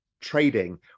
trading